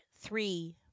three